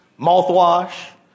mouthwash